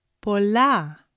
Pola